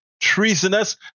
treasonous